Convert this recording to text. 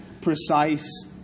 precise